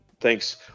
Thanks